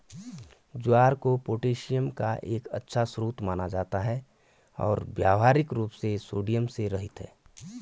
ज्वार को पोटेशियम का एक अच्छा स्रोत माना जाता है और व्यावहारिक रूप से सोडियम से रहित है